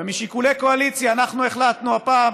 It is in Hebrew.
ומשיקולי קואליציה אנחנו החלטנו הפעם